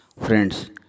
Friends